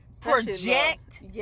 project